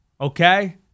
Okay